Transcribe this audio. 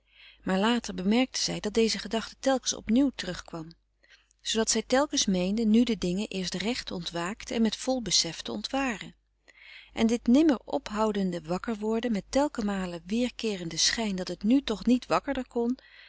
maar later bemerkte zij dat deze gedachte telkens op nieuw terugkwam zoodat zij telkens meende nu de dingen eerst recht ontwaakt en met vol besef te ontwaren en dit nimmer ophoudende wakkerworden met telkenmale weerkeerenden schijn dat het nu toch niet wakkerder kon